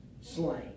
slain